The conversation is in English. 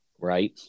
Right